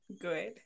good